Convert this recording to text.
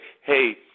hey